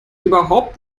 überhaupt